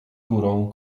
górą